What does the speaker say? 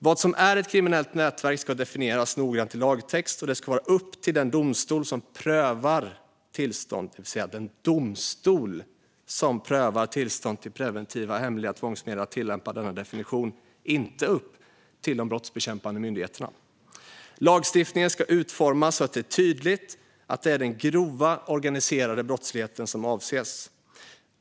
Vad som är ett kriminellt nätverk ska definieras noggrant i lagtext, och det ska vara upp till den domstol som prövar tillstånd till preventiva hemliga tvångsmedel att tillämpa denna definition, inte upp till de brottsbekämpande myndigheterna. Lagstiftningen ska utformas så att det är tydligt att det är den grova organiserade brottsligheten som avses.